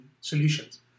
solutions